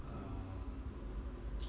uh